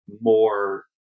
more